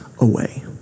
away